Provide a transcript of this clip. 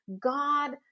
God